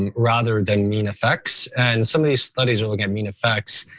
and rather than mean effects and some of these studies are looking at mean effects.